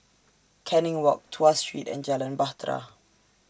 Canning Walk Tuas Street and Jalan Bahtera